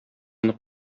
аны